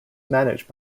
managed